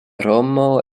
romo